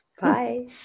bye